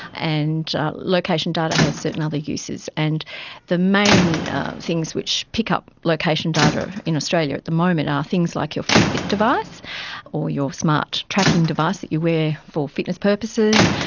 and location data has certain other uses. and the main things which pick up location data in australia at the moment are things like your fitbit device or your smart tracking device that you wear for fitness purposes,